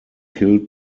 killed